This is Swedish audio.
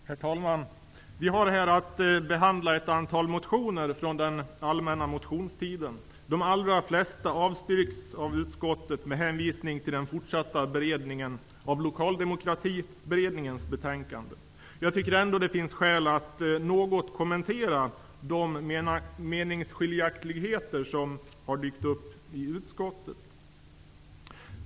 Herr talman! Vi har här att behandla ett antal motioner från den allmänna motionstiden. De allra flesta av dem avstyrks av utskottet med hänvisning till den fortsatta beredningen av Lokaldemokratiberedningens betänkande. Jag tycker att det ändå finns skäl att något kommentera de meningsskiljaktigheter som har dykt upp i utskottet.